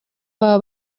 baba